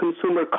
consumer